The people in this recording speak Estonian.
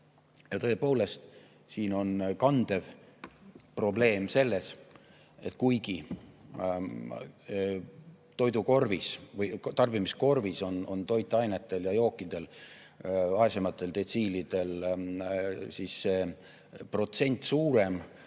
Tõepoolest, siin on kandev probleem selles, et kuigi tarbimiskorvis on toitainetel ja jookidel vaesematel detsiilidel see protsent suurem,